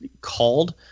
called